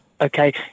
okay